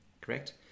correct